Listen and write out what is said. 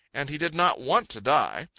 and he did not want to die.